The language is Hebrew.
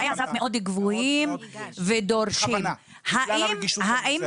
המטרה המרכזית היא באמת לגייס אותו לטיפול ולכתוב מענה קצר שמעדכן את